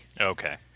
Okay